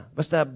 Basta